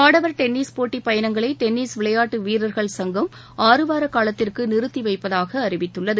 ஆடவர் டென்னிஸ் போட்டிப் பயணங்களை டென்னிஸ் விளையாட்டு வீரர்கள் சங்கம் ஆறுவார காலத்திற்கு நிறுத்திவைப்பதாக அறிவித்துள்ளது